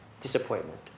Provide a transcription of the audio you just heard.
Disappointment